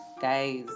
guys